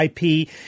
IP